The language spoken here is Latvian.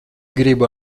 gribu